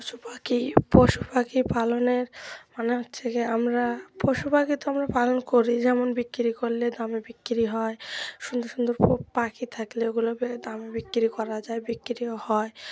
পশুপাখি পশুপাখি পালনের মানে হচ্ছে কি আমরা পশুপাখি তো আমরা পালন করি যেমন বিক্রি করলে দামে বিক্রি হয় সুন্দর সুন্দর পাখি থাকলে ওগুলো দামে বিক্রি করা যায় বিক্রিও হয়